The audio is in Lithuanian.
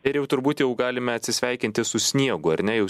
ir jau turbūt jau galime atsisveikinti su sniegu ar ne jau